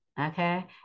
Okay